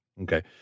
okay